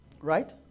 Right